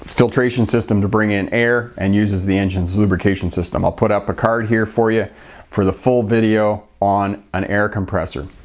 filtration system to bring in air and uses the engine lubrication system. i'll put up a card here for you for the full video on an air compressor.